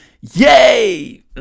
yay